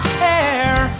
care